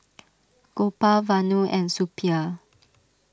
Gopal Vanu and Suppiah